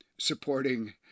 supporting